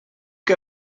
que